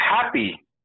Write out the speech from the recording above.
happy